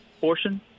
portion